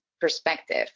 perspective